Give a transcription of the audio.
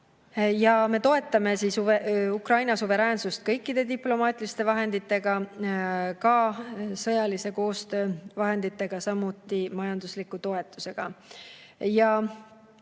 Me toetame Ukraina suveräänsust kõikide diplomaatiliste vahenditega, ka sõjalise koostöö vahenditega, samuti majandusliku toetusega. Ja